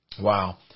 Wow